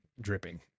dripping